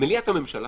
מליאת הממשלה